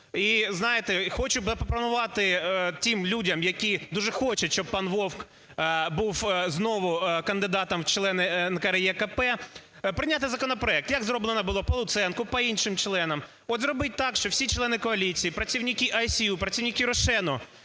І, знаєте, хочу запропонувати тих людям, які дуже хочуть, щоб пан Вовк був знову кандидатом в члени НКРЕКП прийняти законопроект, як зроблено було по Луценку, по інших членах. От зробить так, що всі члени коаліції, працівники IСU, працівники "Рошену",